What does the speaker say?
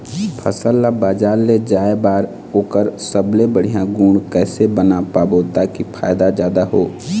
फसल ला बजार ले जाए बार ओकर सबले बढ़िया गुण कैसे बना पाबो ताकि फायदा जादा हो?